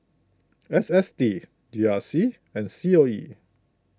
S S T G R C and C O E